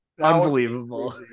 unbelievable